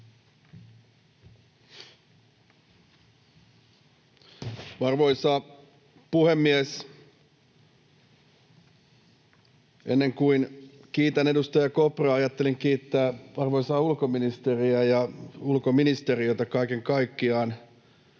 Arvoisa puhemies! Ennen kuin kiitän edustaja Kopraa, ajattelin kiittää arvoisaa ulkoministeriä ja